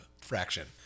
fraction